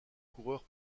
coureur